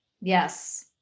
Yes